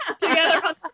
together